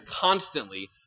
constantly